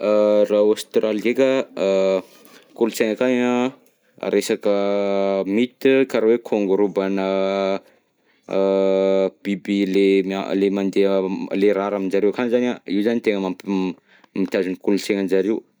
Raha Australie ndreka, kolontsaina akagny an, resaka mythe karaha hoe kangourou mbana, biby le mia- le mandeha, le rare aminjareo akagny zany an, i zany an i zany tegna mamp- mitazona kolonsaignanjareo.